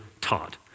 taught